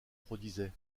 produisait